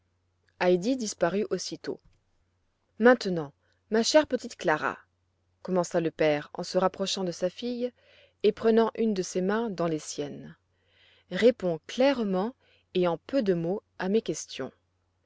heidi disparut aussitôt maintenant ma chère petite clara commença le père en se rapprochant de sa fille et prenant une de ses mains dans les siennes réponds clairement et en peu de mots à mes questions